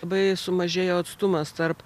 labai sumažėjo atstumas tarp